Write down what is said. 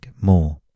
more